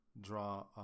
draw